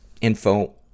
info